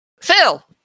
Phil